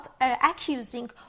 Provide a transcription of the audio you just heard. accusing